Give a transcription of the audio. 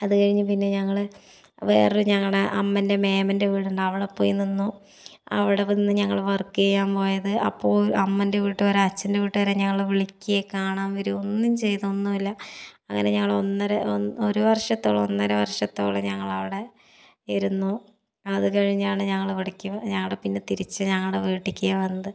അതുകഴിഞ്ഞ് പിന്നെ ഞങ്ങൾ വേറൊരു ഞങ്ങളുടെ അമ്മൻ്റെ മേമേടെ വീടുണ്ട് അവിടെ പോയി നിന്നു അവിടെ വന്ന് ഞങ്ങൾ വർക്ക് ചെയ്യാൻ പോയത് അപ്പോൾ അമ്മൻ്റെ വീട്ടുകാരോ അച്ഛൻ്റെ വീട്ടുകാരൊ ഞങ്ങളെ വിളിക്യെ കാണാൻ വരികയൊന്നും ചെയ്തൊന്നുമില്ല അങ്ങനെ ഞങ്ങൾ ഒന്നര ഒരു വർഷത്തോളം ഒന്നര വർഷത്തോളം ഞങ്ങളവിടെ ഇരുന്നു അത് കഴിഞ്ഞാണ് ഞങ്ങളിവിടേക്ക് ഞങ്ങൾ പിന്നെ തിരിച്ച് ഞങ്ങളുടെ വീട്ടിലേക്ക് വന്നത്